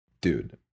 Dude